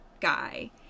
guy